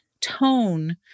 tone